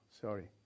Sorry